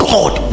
God